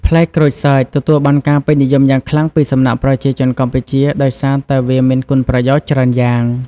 ផ្លែក្រូចសើចទទួលបានការពេញនិយមយ៉ាងខ្លាំងពីសំណាក់ប្រជាជនកម្ពុជាដោយសារតែវាមានគុណប្រយោជន៍ច្រើនយ៉ាង។